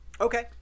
Okay